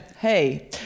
Hey